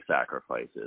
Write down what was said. sacrifices